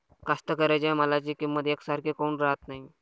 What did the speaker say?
कास्तकाराइच्या मालाची किंमत यकसारखी काऊन राहत नाई?